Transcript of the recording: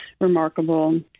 remarkable